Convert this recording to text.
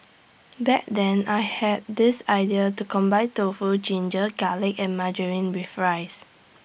back then I had this idea to combine tofu ginger garlic and margarine with rice